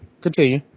continue